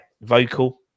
vocal